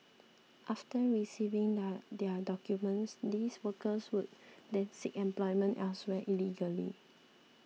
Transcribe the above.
after receiving the their documents these workers would then seek employment elsewhere illegally